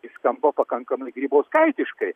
tai skamba pakankamai grybauskaitiškai